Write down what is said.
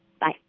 Bye